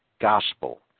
gospel